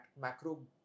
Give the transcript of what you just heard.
macro